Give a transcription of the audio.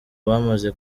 bamaze